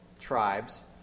tribes